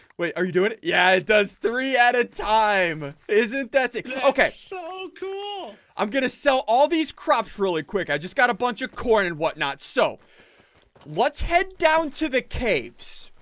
what are you doing? yeah, it does three at a time isn't that sick okay? so cool. i'm going to sell all these crops really quick. i just got a bunch of corn and whatnot so let's head down to the caves.